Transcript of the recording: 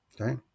Okay